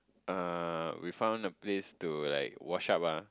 uh we found a place to like wash up ah